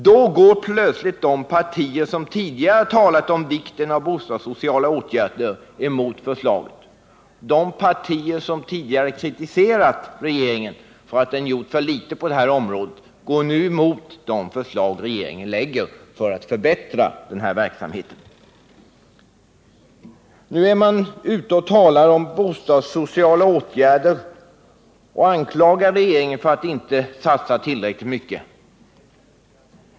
Då går plötsligt de partier som tidigare talat om vikten av bostadssociala åtgärder mot förslaget. De partier som tidigare kritiserat regeringen för att den gjort för litet på det här området går nu mot de förslag regeringen lägger fram för att förbättra denna verksamhet. Nu är man ute och talar om bostadssociala åtgärder och anklagar regeringen för att inte satsa tillräckligt mycket.